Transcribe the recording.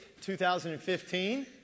2015